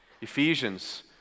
Ephesians